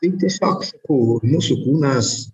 taip tiesiog sakau jūsų kūnas